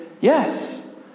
yes